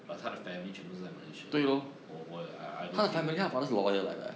but 他的 family 全部在 malaysia 我我也 I don't fe~